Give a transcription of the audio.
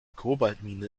kobaltmine